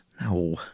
No